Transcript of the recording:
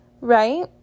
right